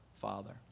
father